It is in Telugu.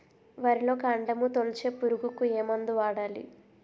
వరిలో కాండము తొలిచే పురుగుకు ఏ మందు వాడాలి?